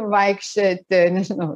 vaikščioti nežinau